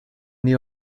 knee